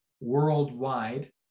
worldwide